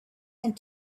and